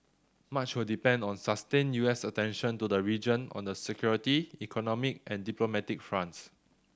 much will depend on sustained U S attention to the region on the security economic and diplomatic fronts